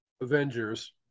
Avengers